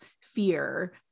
fear